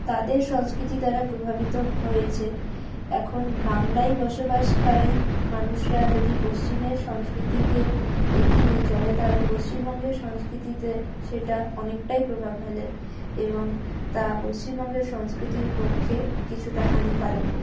তাদের সংস্কৃতি দ্বারা প্রভাবিত হয়েছে এখন বাংলায় বসবাসকারী মানুষরা যদি পশ্চিমের সংস্কৃতিকে এগিয়ে নিয়ে চলে তাহলে পশ্চিমবঙ্গের সংস্কৃতিতে সেটা অনেকটাই প্রভাব ফেলে এবং তা পশ্চিমবঙ্গের সংস্কৃতির পক্ষে কিছুটা হানিকারকও